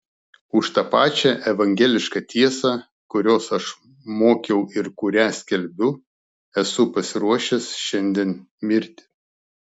už tą pačią evangelišką tiesą kurios aš mokiau ir kurią skelbiu esu pasiruošęs šiandien mirti